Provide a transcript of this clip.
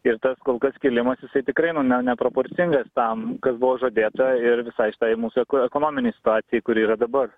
ir tas kol kas kilimas jisai tikrai nu ne neproporcingas tam buvo žadėta ir visai šitai mūsų ekonominei situacijai kuri yra dabar